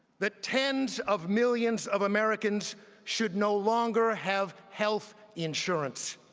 that tens of millions of americans should no longer have health insurance,